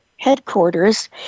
headquarters